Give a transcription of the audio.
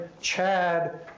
CHAD